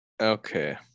Okay